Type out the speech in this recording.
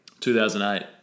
2008